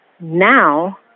now